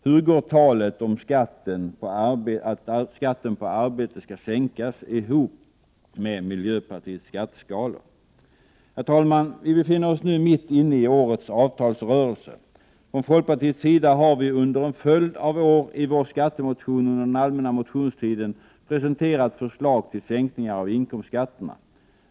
Hur går talet om att skatten på arbete skall sänkas ihop med miljöpartiets skatteskalor? Herr talman! Vi befinner oss nu mitt inne i årets avtalsrörelse. Från folkpartiets sida har vi under en följd av år i vår skattemotion under den allmänna motionstiden presenterat förslag till sänkningar av inkomstskatterna.